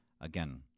Again